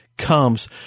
comes